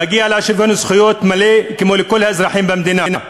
מגיע לה שוויון זכויות מלא כמו לכל האזרחים במדינה.